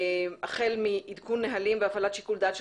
החל מעדכון נהלים והפעלת שיקול דעת של